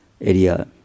area